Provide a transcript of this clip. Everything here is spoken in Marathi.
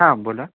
हां बोला